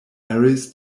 arrays